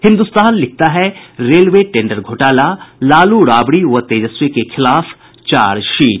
हिन्दुस्तान लिखता है railway tender घोटाला लालू राबड़ी व तेजस्वी के खिलाफ चार्जशीट